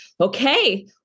okay